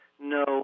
No